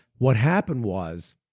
what happened was,